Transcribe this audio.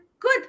good